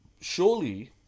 surely